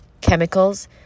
chemicals